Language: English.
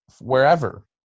wherever